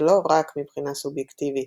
ולא רק מבחינה סובייקטיבית.